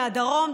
מהדרום,